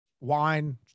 wine